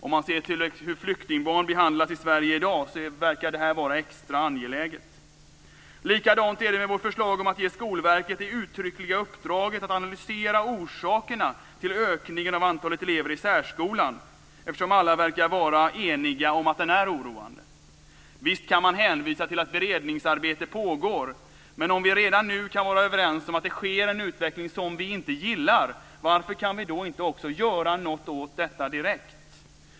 Om man ser till hur flyktingbarn behandlas i Sverige i dag, verkar det här vara extra angeläget. Likadant är det med vårt förslag om att ge Skolverket det uttryckliga uppdraget att analysera orsakerna till ökningen av antalet elever i särskolan, eftersom alla verkar vara eniga om att den är oroande. Visst kan man hänvisa till att beredningsarbete pågår, men om vi redan nu kan vara överens om att det sker en utveckling som vi inte gillar, varför kan vi då inte göra något åt detta direkt?